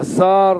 השר